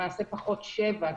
למעשה פחות שבע,